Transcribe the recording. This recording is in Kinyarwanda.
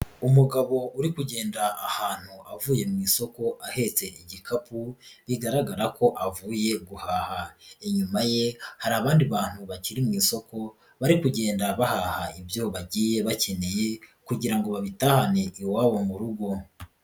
Umugabo uri kugenda ahantu avuye mu isoko ahetse igikapu bigaragara ko avuye guhaha, inyuma ye hari abandi bantu bakiri mu isoko bari kugenda bahaha ibyo bagiye bakeneye kugira ngo batahane iwabo mu rugo.